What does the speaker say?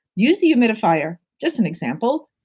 use the humidifier, just an example,